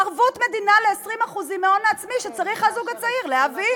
ערבות מדינה על 20% מההון העצמי שצריך הזוג הצעיר להביא.